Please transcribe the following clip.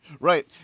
Right